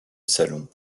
salon